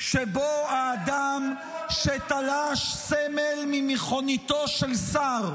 שבו האדם שתלש סמל ממכוניתו של שר